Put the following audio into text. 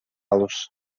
los